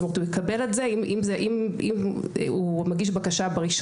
כלומר, אם הוא מגיש בקשה ב-1